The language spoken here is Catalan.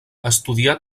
estudià